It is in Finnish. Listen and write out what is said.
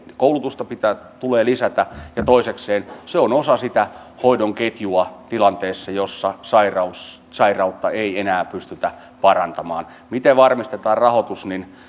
koulutusta tulee lisätä ja toisekseen se on osa sitä hoidon ketjua tilanteessa jossa sairautta ei enää pystytä parantamaan miten varmistetaan rahoitus